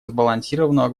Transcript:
сбалансированного